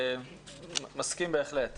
בהחלט מסכים.